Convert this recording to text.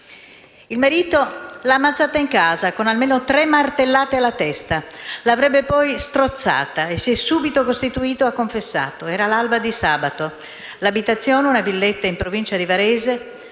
Il marito l'ha ammazzata in casa, con almeno tre martellate alla testa; l'avrebbe poi strozzata e si è subito costituito, ha confessato. Era l'alba di sabato, l'abitazione, una villetta in provincia di Varese,